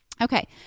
Okay